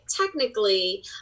technically